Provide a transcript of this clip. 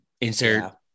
insert